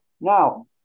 Now